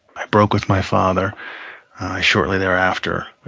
i broke with my father shortly thereafter.